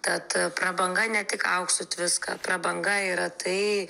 tad prabanga ne tik auksu tviska prabanga yra tai